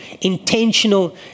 intentional